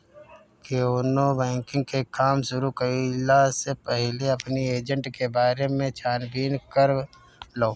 केवनो बैंकिंग के काम शुरू कईला से पहिले अपनी एजेंट के बारे में छानबीन कर लअ